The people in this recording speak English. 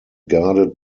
guarded